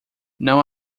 não